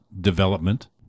development